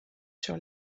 sur